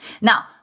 Now